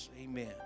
amen